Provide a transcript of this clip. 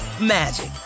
magic